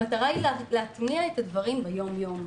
המטרה היא להטמיע את הדברים ביום-יום.